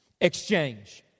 exchange